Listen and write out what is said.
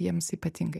jiems ypatingai